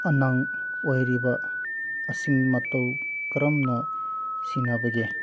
ꯑꯉꯥꯡ ꯑꯣꯏꯔꯤꯕ ꯑꯁꯤ ꯃꯇꯧ ꯀꯔꯝꯅ ꯁꯦꯟꯅꯕꯒꯦ